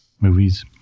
movies